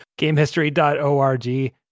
gamehistory.org